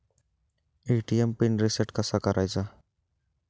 ATM pin reset कसा करायचा?